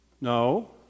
no